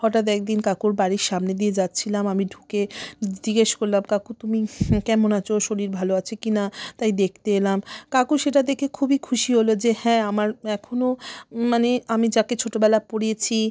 হঠাৎ একদিন কাকুর বাড়ির সামনে দিয়ে যাচ্ছিলাম আমি ঢুকে জিজ্ঞেস করলাম কাকু তুমি কেমন আছো শরীর ভালো আছে কি না তাই দেখতে এলাম কাকু সেটা দেখে খুবই খুশি হল যে হ্যাঁ আমার এখনও মানে আমি যাকে ছোটবেলায় পড়িয়েছি